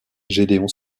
gédéon